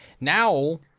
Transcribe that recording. now